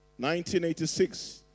1986